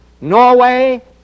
Norway